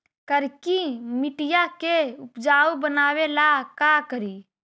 करिकी मिट्टियां के उपजाऊ बनावे ला का करी?